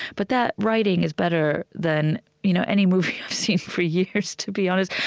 but that writing is better than you know any movie i've seen for years, to be honest.